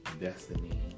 destiny